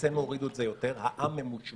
אצלנו הורידו את זה יותר, העם ממושמע.